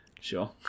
Sure